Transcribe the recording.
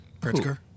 Pritzker